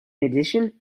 addition